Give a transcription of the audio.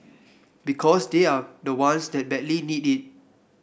because they are the ones that badly need it